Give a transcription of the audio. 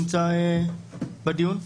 נמצא בדיון.